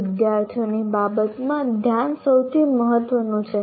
વિદ્યાર્થીઓની બાબતમાં ધ્યાન સૌથી મહત્વનું છે